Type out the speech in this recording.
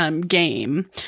Game